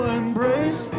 embrace